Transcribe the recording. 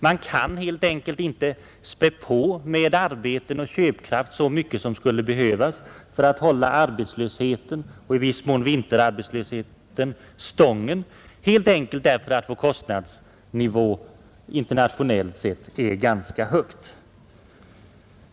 Man kan inte späda på med arbeten och köpkraft så mycket som skulle behövas för att hålla arbetslösheten och i viss mån vinterarbetslösheten stången — helt enkelt därför att vår kostnadsnivå internationellt sett är hög.